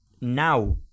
now